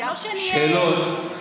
שאלות נוספות.